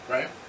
Right